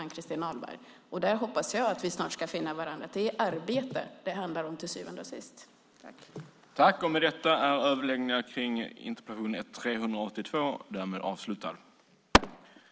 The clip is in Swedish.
Jag hoppas att vi snart finner varandra när det gäller att det är arbete det till syvende och sist handlar om.